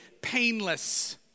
painless